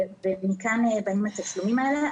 ומכאן באים התשלומים האלה.